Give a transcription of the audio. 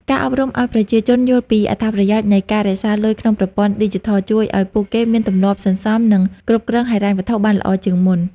ការអប់រំឱ្យប្រជាជនយល់ពីអត្ថប្រយោជន៍នៃការរក្សាលុយក្នុងប្រព័ន្ធឌីជីថល ជួយឱ្យពួកគេមានទម្លាប់សន្សំ និងគ្រប់គ្រងហិរញ្ញវត្ថុបានល្អជាងមុន។